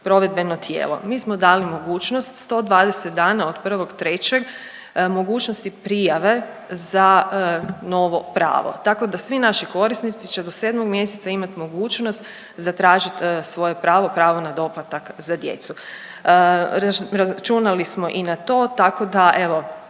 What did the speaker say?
provedbeno tijelo. Mi smo dali mogućnost 120 dana od 1.3. mogućnosti prijave za novo pravo, tako da svi naši korisnici će do 7. mj. imati mogućnost zatražiti svoje pravo, pravo na doplatak za djecu. Računali smo i na to, tako da evo,